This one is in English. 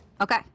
Okay